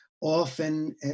often